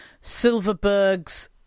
Silverberg's